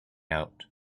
out